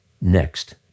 Next